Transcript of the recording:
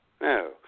No